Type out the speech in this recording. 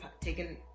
taken